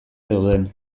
zeuden